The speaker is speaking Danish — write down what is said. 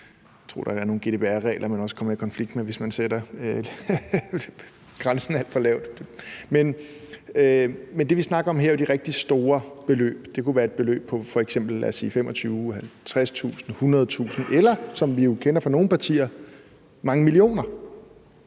jeg tror, at der er nogle GDPR-regler, man også kommer i konflikt med, hvis man sætter grænsen alt for lavt. Men det, vi snakker om her, er jo de rigtig store beløb – det kunne f.eks. være et beløb på 25.000 kr., 50.000 kr., 100.000 kr. eller, som vi jo kender det fra nogle partier, mange millioner